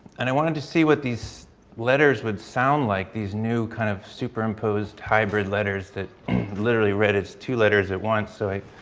and i wanted to see what these letters would sound like, these new kind of superimposed hybrid letters that literally read it's two letters at once so i